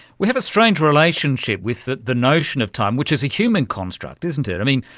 we have a strange relationship with the the notion of time, which is a human construct, isn't it. i mean,